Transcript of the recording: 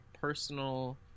personal